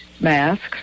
masks